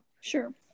Sure